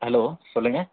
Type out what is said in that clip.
hello சொல்லுங்கள்